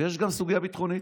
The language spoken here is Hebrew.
ויש גם סוגיה ביטחונית.